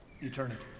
eternity